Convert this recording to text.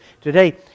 today